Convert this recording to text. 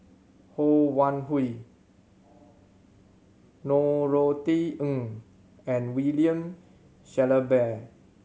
Ho Wan Hui Norothy Ng and William Shellabear